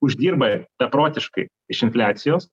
uždirba beprotiškai iš infliacijos